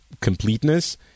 completeness